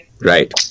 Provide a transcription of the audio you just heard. right